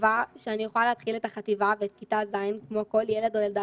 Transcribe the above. תקווה שאני אוכל להתחיל את החטיבה ואת כיתה ז' כמו כל ילד וילדה